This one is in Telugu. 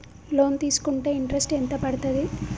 లోన్ తీస్కుంటే ఇంట్రెస్ట్ ఎంత పడ్తది?